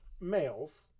Males